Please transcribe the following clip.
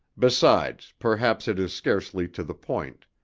besides, perhaps it is scarcely to the point,